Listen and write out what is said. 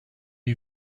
you